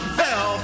fell